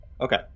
Okay